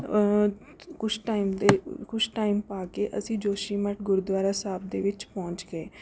ਕੁਝ ਟਾਈਮ ਦੇ ਕੁਝ ਟਾਈਮ ਪਾ ਕੇ ਅਸੀਂ ਜੋਸ਼ੀਮੱਠ ਗੁਰੂਦਵਾਰਾ ਸਾਹਿਬ ਦੇ ਵਿੱਚ ਪਹੁੰਚ ਗਏ